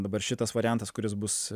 dabar šitas variantas kuris bus